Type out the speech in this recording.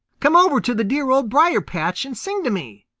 come over to the dear old briar-patch and sing to me,